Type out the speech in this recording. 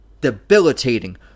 debilitating